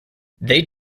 they